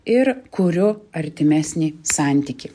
ir kuriu artimesnį santykį